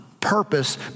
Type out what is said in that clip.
purpose